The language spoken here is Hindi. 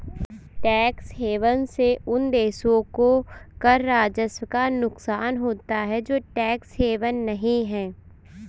टैक्स हेवन से उन देशों को कर राजस्व का नुकसान होता है जो टैक्स हेवन नहीं हैं